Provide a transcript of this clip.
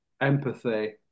empathy